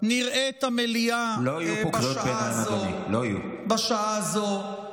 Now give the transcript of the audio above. המליאה בשעה הזו.